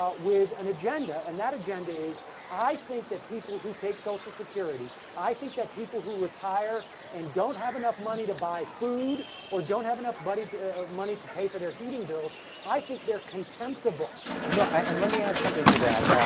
ah with an agenda and that agenda is i think that people who take social security i think that people who retire and don't have enough money to buy food or don't have enough money but to money to pay for their heating bills i think they're contemptible noah and let me add something to that